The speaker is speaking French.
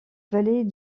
vallée